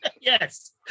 Yes